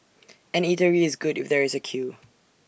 an eatery is good if there is A queue